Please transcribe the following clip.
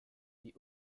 vit